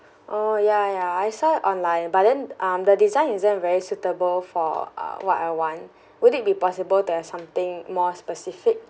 oh ya ya I saw it online but then um the design isn't very suitable for uh what I want would it be possible to have something more specific